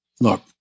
Look